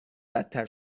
بدتر